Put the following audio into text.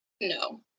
No